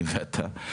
אני ואתה,